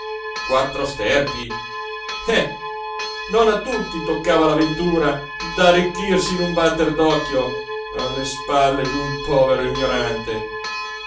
quattro sterpi eh non a tutti toccava la ventura d'arricchirsi in un batter d'occhio alle spalle d'un povero ignorante